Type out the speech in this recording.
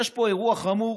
יש פה אירוע חמור